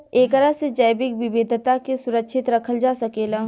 एकरा से जैविक विविधता के सुरक्षित रखल जा सकेला